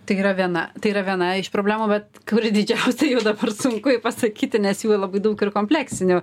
tai yra viena tai yra viena iš problemų bet kuri didžiausia jau dabar sunku i pasakyti nes jų labai daug ir kompleksinių